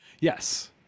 Yes